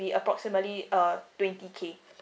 approximately uh twenty K